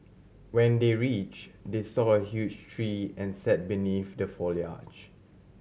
when they reach they saw a huge tree and sat beneath the foliage